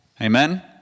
Amen